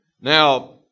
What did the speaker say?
now